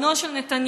בנו של נתניהו,